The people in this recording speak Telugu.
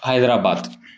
హైదరాబాద్